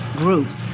groups